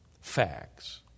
facts